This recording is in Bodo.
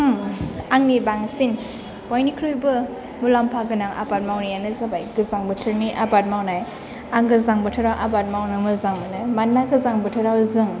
आंनि बांसिन बयनिख्रुइबो मुलाम्फा गोनां आबाद मावनायानो जाबाय गोजां बोथोरनि आबाद मावनाय आं गोजां बोथोराव आबाद मावनो मोजां मोनो मानोना गोजां बोथोराव जों